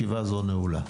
ישיבה זו נעולה.